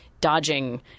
dodging